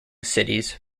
cities